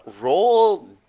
roll